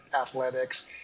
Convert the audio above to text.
athletics